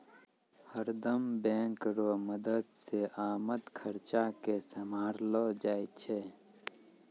हरदम बैंक रो मदद से आमद खर्चा के सम्हारलो जाय छै